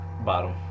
Bottom